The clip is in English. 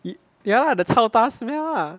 ya the chaoda smell lah